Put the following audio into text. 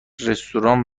رستوران